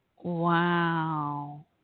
Wow